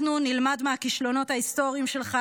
אנחנו נלמד מהכישלונות ההיסטוריים שלך